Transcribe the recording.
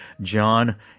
John